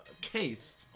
case